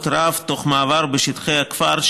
מחייבת פעילות צבאית עם סדר כוחות רב תוך מעבר בשטחי הכפר,